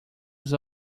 dos